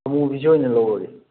ꯑꯃꯨꯕꯤꯁꯤ ꯑꯣꯏꯅ ꯂꯧꯔꯒꯦ